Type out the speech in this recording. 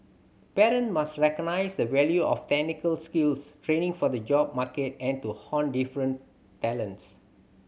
parent must recognise the value of technical skills training for the job market and to hone different talents